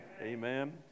amen